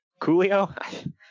Coolio